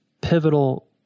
pivotal